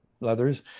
leathers